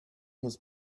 his